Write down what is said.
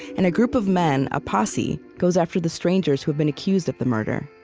and a group of men, a posse, goes after the strangers who have been accused of the murder.